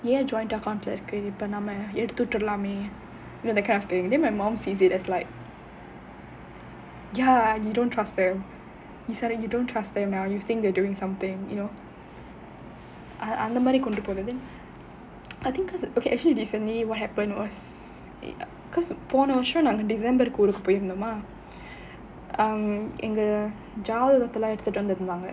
என்:en joint account leh இருக்கு இப்போ நம்ம எடுத்து விட்டுரலாமே:irukku ippo namma edhuthu vituralaamae you know the kind of thing then my mom sees it as like ya you don't trust them she say that you don't trust them now you think they are doing something you know அந்த மாதிரி கொண்டு போறது:antha maathiri kondu porathu I think because okay actually recently what happened was because போன வருஷம் நாங்க December கு ஊருக்கு போயிருந்தமா எங்க ஜாதகத்தைலாம் எடுத்துட்டு வந்துருந்தாங்க:pona varusham naanga december ku oorukku poyirunthamaa enga jathakaithaiyum eduthuttu vanthirunthaanga